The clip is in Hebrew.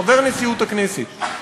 חבר נשיאות הכנסת,